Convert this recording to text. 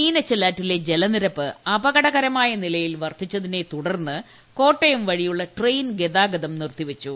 മീനച്ചിലാറ്റിലെ ജലനിരപ്പ് അപകടകരമായ നിലയിൽ വർദ്ധിച്ചതിനെ തുടർന്ന് കോട്ടയം വഴിയുള്ള ട്രെയിൻ ഗതാഗതം നിർത്തിവച്ചു